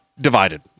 divided